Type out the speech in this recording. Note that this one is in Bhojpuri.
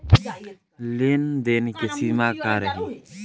लेन देन के सिमा का रही?